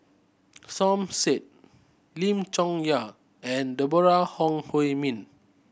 Som Said Lim Chong Yah and Deborah Ong Hui Min